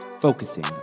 focusing